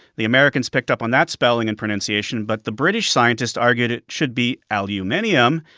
the americans picked up on that spelling and pronunciation. but the british scientist argued it should be aluminium.